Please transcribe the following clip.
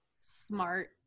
smart